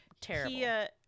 terrible